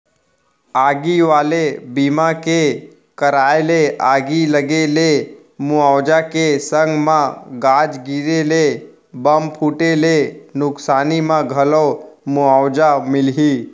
आगी वाले बीमा के कराय ले आगी लगे ले मुवाजा के संग म गाज गिरे ले, बम फूटे ले नुकसानी म घलौ मुवाजा मिलही